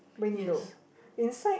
window inside